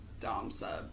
dom-sub